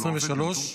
2023,